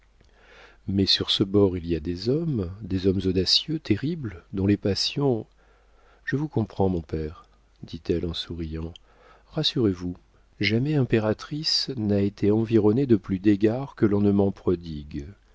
mais sur ce bord il y a des hommes des hommes audacieux terribles dont les passions je vous comprends mon père dit-elle en souriant rassurez-vous jamais impératrice n'a été environnée de plus d'égards que l'on ne m'en prodigue